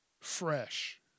fresh